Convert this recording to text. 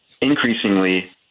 increasingly